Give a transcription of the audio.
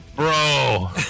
Bro